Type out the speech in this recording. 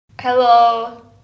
Hello